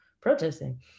protesting